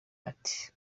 ati